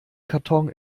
karton